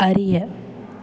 அறிய